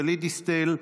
גלית דיסטל,